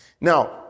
Now